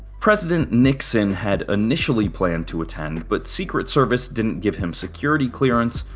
president nixon had initially planned to attend but secret service didn't give him security clearance,